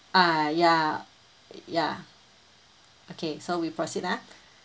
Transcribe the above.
ah ya ya okay so we proceed ah